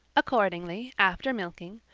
accordingly, after milking,